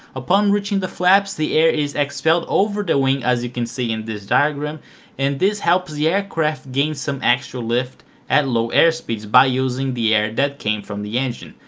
upon reaching the flaps the air is expelled over the wing as you can see in this diagram and this helps the aircraft gain some extra lift at low airspeeds by using air that came from the engine,